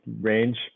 range